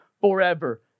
forever